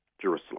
Jerusalem